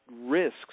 risks